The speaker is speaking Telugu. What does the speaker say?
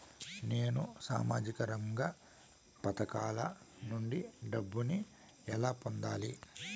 నేను సామాజిక రంగ పథకాల నుండి డబ్బుని ఎలా పొందాలి?